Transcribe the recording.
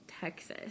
Texas